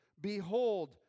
Behold